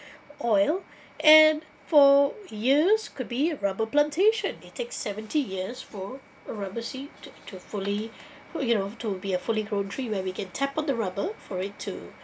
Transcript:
oil and for years could be rubber plantation it takes seventy years for a rubber seed to to fully fu~ you know to be a fully grown tree where we can tap on the rubber for it to